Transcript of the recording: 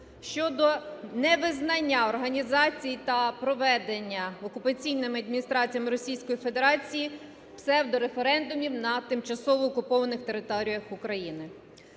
щодо невизнання організації та проведення окупаційними адміністраціями Російської Федерації псевдореферендумів на тимчасово окупованих територіях України.